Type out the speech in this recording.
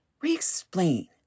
re-explain